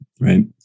Right